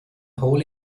hole